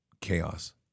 chaos